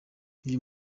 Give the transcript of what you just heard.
uyu